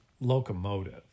locomotive